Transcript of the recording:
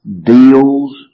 deals